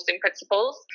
principles